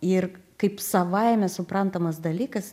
ir kaip savaime suprantamas dalykas